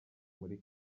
muri